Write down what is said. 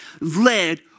led